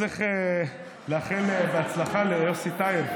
צריך לאחל הצלחה ליוסי טייב,